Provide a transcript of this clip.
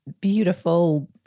beautiful